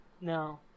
No